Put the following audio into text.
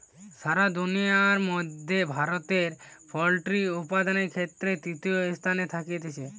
সারা দুনিয়ার মধ্যে ভারতে পোল্ট্রি উপাদানের ক্ষেত্রে তৃতীয় স্থানে থাকতিছে